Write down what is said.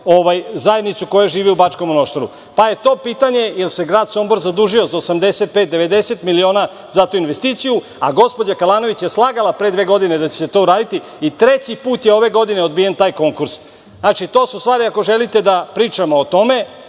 zajednicu koja živi u Bačkom Monoštoru? Zatim pitanje da li se grad Sombor zadužio za 85,90 miliona za tu investiciju, a gospođa Kalanović je slagala pre dve godine da će se to raditi i treći put je ove godine odbijen taj konkurs. To su stvari ako želite da pričamo o tome. Ovo